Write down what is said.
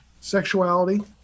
Sexuality